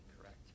correct